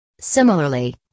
Similarly